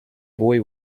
boy